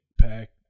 pack